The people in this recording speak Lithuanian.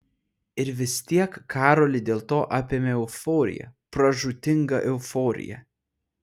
ir vis tiek karolį dėl to apėmė euforija pražūtinga euforija